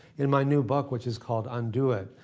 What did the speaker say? in my new book which is called undo it,